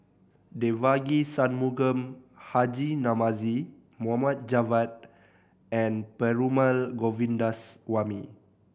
Devagi Sanmugam Haji Namazie Mohd Javad and Perumal Govindaswamy